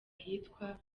ahitwa